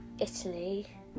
Italy